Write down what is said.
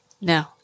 No